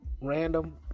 random